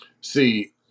See